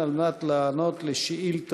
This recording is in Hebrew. בעד, 9, אין מתנגדים ואין נמנעים.